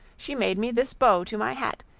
she made me this bow to my hat,